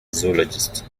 zoologist